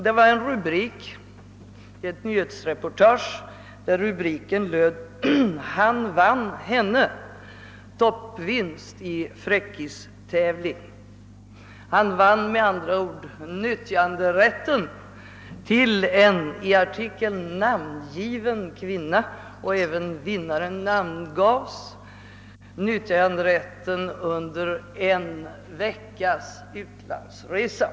Det var i ett nyhetsreportage där rubriken löd: »Han vann henne — toppvinst i fräckistävling.» Han vann med andra ord nyttjanderätten till en i artikeln namngiven kvinna. Även vinnaren namngavs, och nyttjanderätten gällde under en veckas utlandsresa.